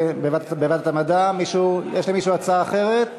התשע"ד 2014, לוועדת המדע והטכנולוגיה נתקבלה.